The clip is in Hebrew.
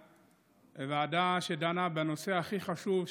הוועדה שדנה בנושא הכי חשוב,